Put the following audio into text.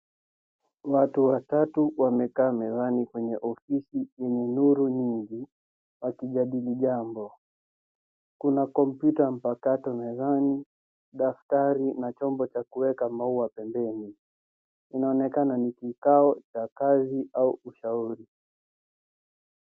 Watu watatu wamekaa mezani kwenye ofisi wenye nuru nyingi wakijadili jambo, kuna kompyuta mpakato mezani, daftari na chombo cha kuweka maua pembeni, inaonekana ni kikao ya kazi au ushauri.